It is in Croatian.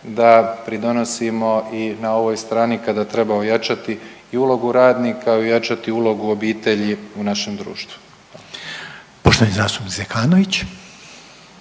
da pridonosimo i na ovoj strani kada treba ojačati i ulogu radnika i ojačati ulogu obitelji u našem društvu. **Reiner, Željko